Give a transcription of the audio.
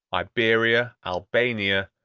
iberia, albania,